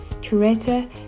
curator